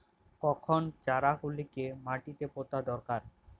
কখন চারা গুলিকে মাটিতে পোঁতা দরকার?